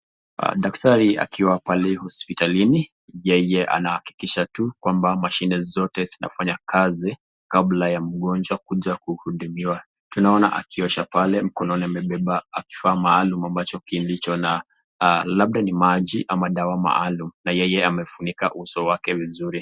Daktari akiwa pale hospitalini. Yeye anahakikisha tu kwamba mashine zote zinafanya kazi kabla ya mgonjwa kuja kuhudumiwa. Tunaona akiosha pale mkononi ameiba kifaa maalum ambacho kilicho na labda ni maji ama dawa maalum na yeye amefunika uso wake vizuri.